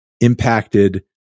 impacted